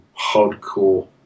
hardcore